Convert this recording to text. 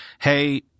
Hey